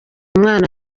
mwana